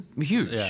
huge